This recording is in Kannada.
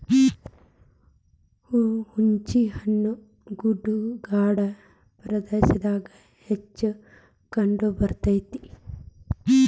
ಹುಂಚಿಹಣ್ಣು ಗುಡ್ಡಗಾಡ ಪ್ರದೇಶದಾಗ ಹೆಚ್ಚ ಕಂಡಬರ್ತೈತಿ